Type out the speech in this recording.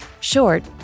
Short